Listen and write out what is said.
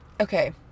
Okay